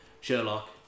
Sherlock